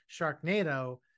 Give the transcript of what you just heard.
Sharknado